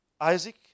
Isaac